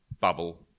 bubble